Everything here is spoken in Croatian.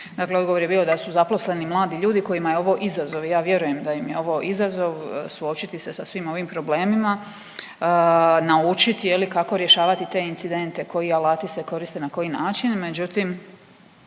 Dakle odgovor je bio da su zaposleni mladi ljudi kojima je ovo izazov i ja vjerujem da im je ovo izazov suočiti se sa svim ovim problemima, naučiti, je li, kako rješavati te incidente, koji alati se koriste, na koji način, međutim,